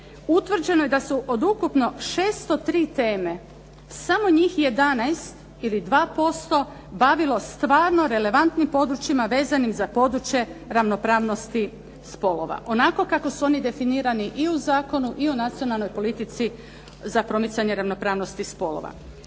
Utvrđeno je da se od ukupno 603 teme samo njih 11 ili 2% bavilo stvarno relevantnim područjima vezanih za područje ravnopravnosti spolova, onako kako su oni definirani i u zakonu i u Nacionalnoj politici za promicanje ravnopravnosti spolova.